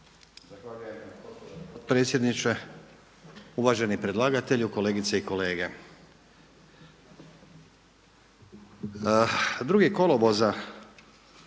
Zahvaljujem gospodine potpredsjedniče. Uvaženi predlagatelju, kolegice i kolege.